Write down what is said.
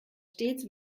stets